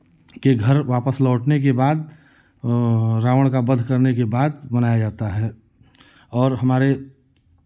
के घर वापस घर लौटने के बाद रावण का वध करने के बाद मनाया जाता है और हमारे